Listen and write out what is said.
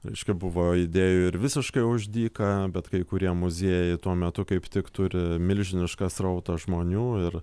reiškia buvo idėjų ir visiškai už dyką bet kai kurie muziejai tuo metu kaip tik turi milžinišką srautą žmonių ir